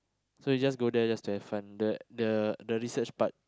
so you just go there just to have fun the the the research part